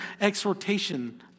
exhortation